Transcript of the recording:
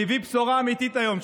והביא בשורה אמיתית היום,